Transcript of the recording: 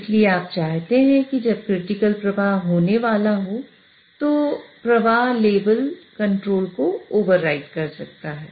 इसलिए आप चाहते हैं कि जब क्रिटिकल प्रवाह होने वाला हो तो प्रवाह लेवल कंट्रोल को ओवरराइड कर सकता है